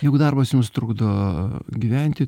jeigu darbas jums trukdo gyventi